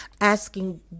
asking